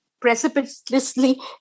precipitously